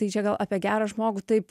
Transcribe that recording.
tai čia gal apie gerą žmogų taip